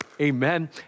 Amen